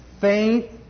Faith